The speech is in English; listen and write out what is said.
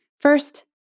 First